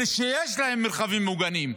אלה שיש להם מרחבים מוגנים.